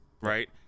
right